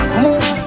move